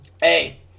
Hey